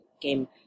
game